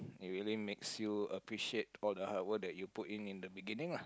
it really makes you appreciate all the hard work you put in in the beginning lah